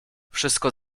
wszystko